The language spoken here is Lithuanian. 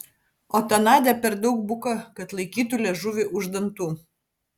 o ta nadia per daug buka kad laikytų liežuvį už dantų